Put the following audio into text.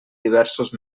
diversos